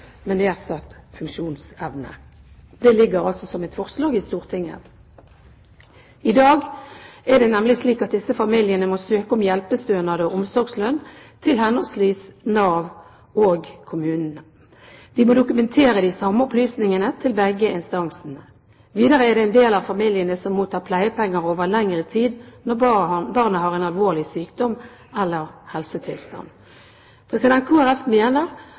med nedsatt funksjonsevne. Det ligger altså som et forslag i Stortinget. I dag er det nemlig slik at disse familiene må søke henholdsvis Nav og kommunene om hjelpestønad og omsorgslønn. De må dokumentere de samme opplysningene for begge instansene. Videre er det en del familier som mottar pleiepenger over lengre tid når barnet har en alvorlig sykdom eller helsetilstand. Kristelig Folkeparti mener